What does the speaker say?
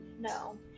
No